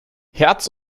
herz